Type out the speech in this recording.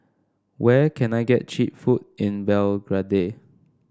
where can I get cheap food in Belgrade